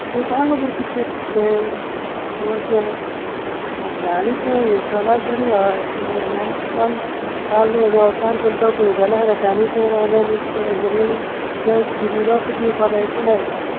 तें कोणा खबर कित केलां तें वळख्यार सगळ्यांनी खंय हीट जाला खरी हय पूण येणें आनी काल काल येणें अवतार केला तो पळयलो जाल्यार हेका आनीक आनी आनीक येगे आनी के जी एफ बी दिवपा लायकी ना हेका